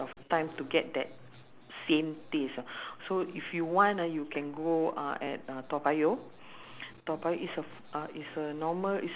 so uh she reminded me so this deanna she was a she's a chinese lady lah but she convert right so she took